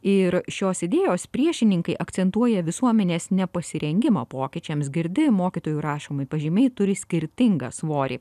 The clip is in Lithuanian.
ir šios idėjos priešininkai akcentuoja visuomenės nepasirengimą pokyčiams girdi mokytojų rašomi pažymiai turi skirtingą svorį